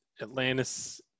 Atlantis